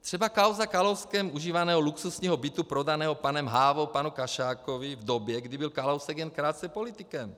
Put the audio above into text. Třeba kauza Kalouskem užívaného luxusního bytu prodaného panem Hávou panu Kašákovi v době, kdy byl Kalousek jen krátce politikem.